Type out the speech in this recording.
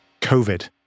COVID